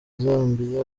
zambia